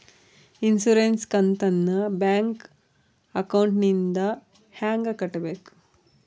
Insurance ಕಂತನ್ನ bank ಅಕೌಂಟಿಂದ ಹೆಂಗ ಕಟ್ಟಬೇಕು?